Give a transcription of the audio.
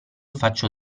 faccio